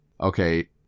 Okay